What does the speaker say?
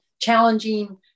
challenging